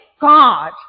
God